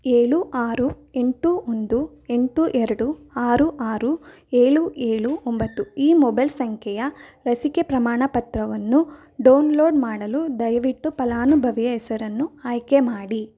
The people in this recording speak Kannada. ಏಳು ಆರು ಎಂಟು ಒಂದು ಎಂಟು ಎರಡು ಆರು ಆರು ಏಳು ಏಳು ಒಂಬತ್ತು ಈ ಮೊಬೈಲ್ ಸಂಖ್ಯೆಯ ಲಸಿಕೆ ಪ್ರಮಾಣಪತ್ರವನ್ನು ಡೌನ್ಲೋಡ್ ಮಾಡಲು ದಯವಿಟ್ಟು ಫಲಾನುಭವಿಯ ಹೆಸರನ್ನು ಆಯ್ಕೆ ಮಾಡಿ